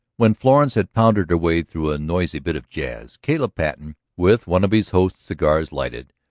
when florence had pounded her way through a noisy bit of jazz, caleb patten, with one of his host's cigars lighted,